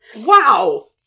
Wow